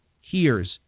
hears